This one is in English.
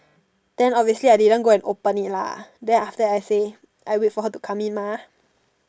then obviously I didn't go and open it lah then after that I say I wait for her to come in mah